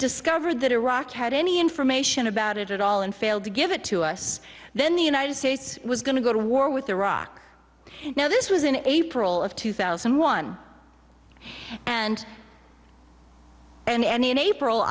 discovered that iraq had any information about it at all and failed to give it to us then the united states was going to go to war with iraq now this was in april of two thousand and one and and in april